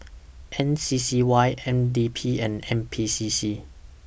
M C C Y N D P and N P C C